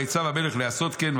ויצו המלך להיעשות כן,